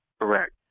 Correct